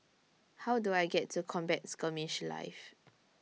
How Do I get to Combat Skirmish Live